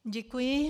Děkuji.